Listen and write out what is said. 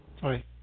Sorry